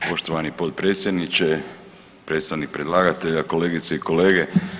Poštovani potpredsjedniče, predstavnik predlagatelja, kolegice i kolege.